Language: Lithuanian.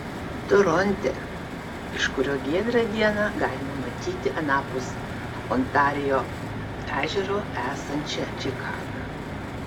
toronte iš kurio giedrą dieną galima matyti anapus ontarijo ežero esančią čikagą